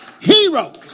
heroes